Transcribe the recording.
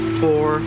four